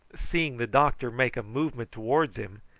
seeing the doctor make a movement towards him,